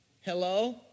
hello